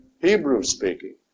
Hebrew-speaking